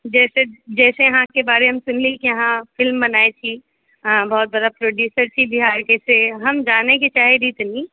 जैसे जैसे अहाँके बारेमे हम सुनली कि अहाँ फिल्म बनाइ छी अहाँ बहुत बड़ा प्रोड्यूसर छी बिहारके से हम जानयके चाहैत रही कनी